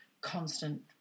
constant